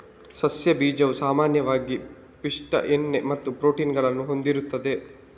ಸಸ್ಯ ಬೀಜವು ಸಾಮಾನ್ಯವಾಗಿ ಪಿಷ್ಟ, ಎಣ್ಣೆ ಮತ್ತು ಪ್ರೋಟೀನ್ ಗಳನ್ನ ಹೊಂದಿರ್ತದೆ